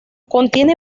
contiene